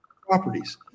properties